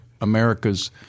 America's